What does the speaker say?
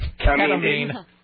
Ketamine